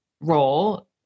role